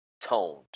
toned